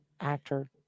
actor